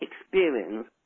experience